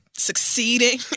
Succeeding